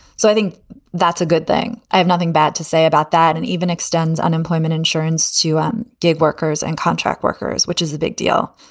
so i think that's a good thing. i have nothing bad to say about that and even extends unemployment insurance to um dig workers and contract workers, which is a big deal.